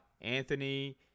Anthony